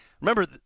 remember